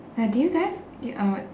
uh did you guys did uh